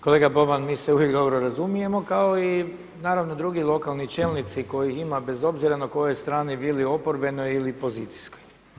Kolega Boban mi se uvijek dobro razumijemo kao i naravno drugi lokalni čelnici kojih ima bez obzira na kojoj strani bili oporbenoj ili pozicijskoj.